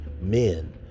men